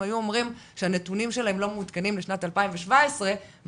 היו אומרים שהנתונים שלהם לא מעודכנים לשנת 2017 ואז